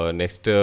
next